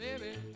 baby